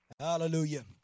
Hallelujah